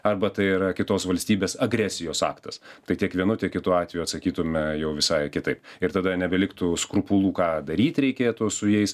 arba tai yra kitos valstybės agresijos aktas tai tiek vienu tiek kitu atveju atsakytume jau visai kitai ir tada nebeliktų skrupulų ką daryt reikėtų su jais